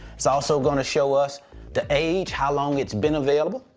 it's also gonna show us the age, how long it's been available.